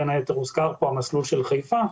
בין היתר הוזכר כאן המסלול של חיפה.